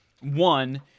one